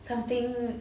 something